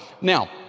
Now